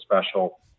special